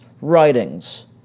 writings